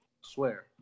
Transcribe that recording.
Swear